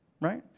Right